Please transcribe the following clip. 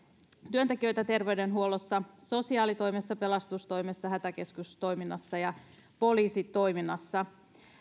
työntekijöitä terveydenhuollossa sosiaalitoimessa pelastustoimessa hätäkeskustoiminnassa ja poliisitoiminnassa